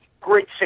great